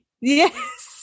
Yes